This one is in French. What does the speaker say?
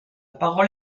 parole